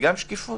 וגם שקיפות.